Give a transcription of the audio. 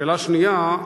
שאלה שנייה: